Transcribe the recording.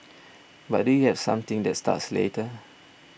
but do you have something that starts later